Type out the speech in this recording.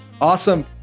Awesome